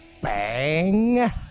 Bang